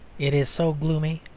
it is so gloomy,